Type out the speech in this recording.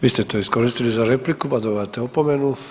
Vi ste to iskoristili za repliku, pa dobivate opomenu.